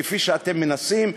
כפי שאתם מנסים,